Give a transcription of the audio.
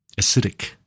acidic